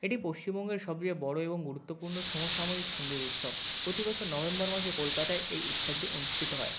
এটি পশ্চিমবঙ্গের সবচেয়ে বড়ো এবং গুরুত্বপূর্ণ সমসাময়িক সঙ্গীত উৎসব প্রতিবছর নভেম্বর মাসে কলকাতায় এই উৎসবটি অনুষ্ঠিত হয়